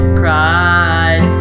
cried